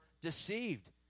deceived